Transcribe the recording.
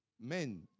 men